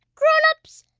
grown-ups,